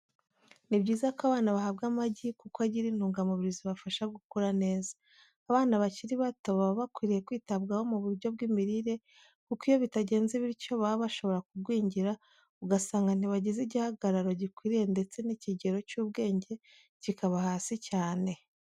Ni byiza ko abana bahabwa amagi kuko agira intungamubiri zibafasha gukura neza. Abana bakiri bato baba bakwiriye kwitabwaho mu buryo bw'imirire kuko iyo bitagenze bityo baba bashobora kugwingira ugasanga ntibagize igihagarari gikwiriye ndetse n'ikigero cy'ubwenge kikaba hasi cyane.